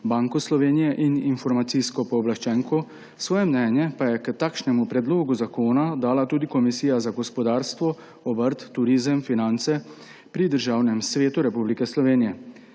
Banko Slovenije in informacijsko pooblaščenko, svoje mnenje k takšnemu predlogu zakona pa je dala tudi Komisija za gospodarstvo, obrt, turizem, finance pri Državnem svetu Republike Slovenije.